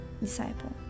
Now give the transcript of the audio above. Disciple